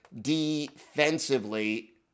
defensively